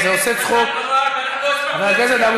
זה עושה צחוק, ואנחנו לא הספקנו להציע.